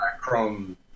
Chrome